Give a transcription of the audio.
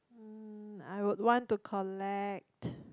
mm I would want to collect